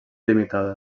limitada